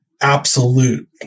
absolute